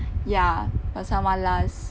ya pasal malas